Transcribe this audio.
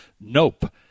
Nope